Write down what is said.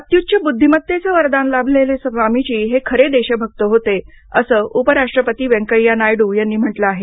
अत्युच्च बुद्धिमत्तेचं वरदान लाभलेले स्वामीजी हे खरे देशभक्त होते असं उपराष्ट्रपती व्यंकय्या नायडू यांनी म्हटलं आहे